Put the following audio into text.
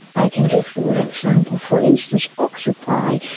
i can give you an example. for instance, occupy,